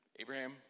Abraham